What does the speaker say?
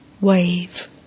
wave